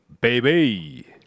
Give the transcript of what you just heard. Baby